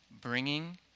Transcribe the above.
bringing